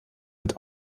mit